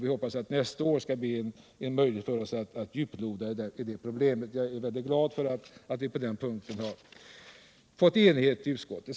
Vi hoppas att det nästa år skall bli möjligt för oss att djuploda 15 december 1977 detta problem. Jag är glad över att vi på den punkten har nått enighet i utskottet.